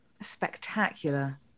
Spectacular